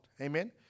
Amen